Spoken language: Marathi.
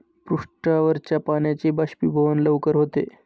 पृष्ठावरच्या पाण्याचे बाष्पीभवन लवकर होते